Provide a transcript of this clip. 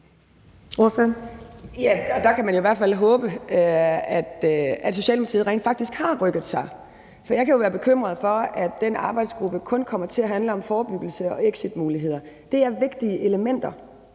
Der kan man jo i hvert fald håbe, at Socialdemokratiet rent faktisk har rykket sig. Jeg kan jo være bekymret for, at den arbejdsgruppe kun kommer til at handle om forebyggelse og exitmuligheder. Det er vigtige elementer,